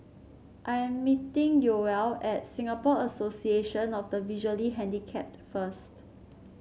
I am meeting Yoel at Singapore Association of the Visually Handicapped first